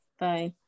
bye